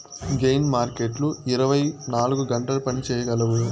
gain మార్కెట్లు ఇరవై నాలుగు గంటలు పని చేయగలవు